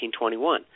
1921